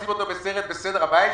לשלב המעשים?